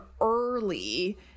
early